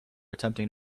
attempting